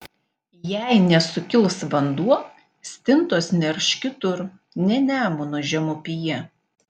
jei nesukils vanduo stintos nerš kitur ne nemuno žemupyje